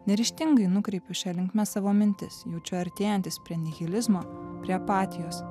neryžtingai nukreipiu šia linkme savo mintis jaučiu artėjantis prie nihilizmo prie apatijos